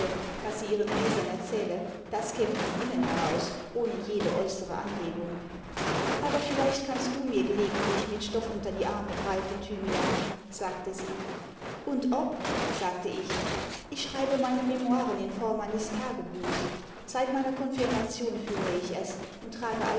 was sie ihren lesern erzähle das käme von innen heraus ohne jede äußere anregung aber vielleicht kannst du mir gelegentlich mit stoff unter die arme greifen thymian sagte sie und ob sagte ich ich schreibe meine memoiren in form eines tagebuchs seit meiner konfirmation führe ich es und trage